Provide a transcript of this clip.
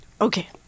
Okay